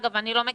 כי גם הוא נמוך,